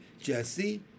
Jesse